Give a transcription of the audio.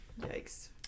Yikes